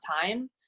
time